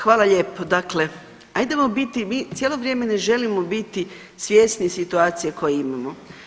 Hvala lijepo, dakle ajdemo biti mi, cijelo vrijeme ne želimo biti svjesni situacije koje imamo.